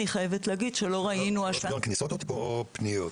אני חייבת להגיד שלא ראינו --- 3 מיליון כניסות או פניות?